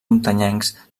muntanyencs